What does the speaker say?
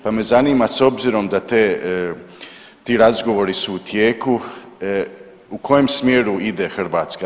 Pa me zanima s obzirom da ti razgovori su u tijeku u kojem smjeru ide Hrvatska?